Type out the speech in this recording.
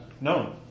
No